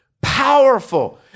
powerful